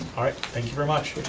all right, thank you very much.